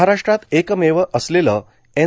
महाराष्ट्रात एकमेव असलेलं एन